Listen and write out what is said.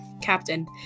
captain